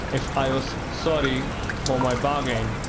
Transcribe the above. if i was sorry for my bargain,